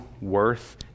worth